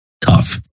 tough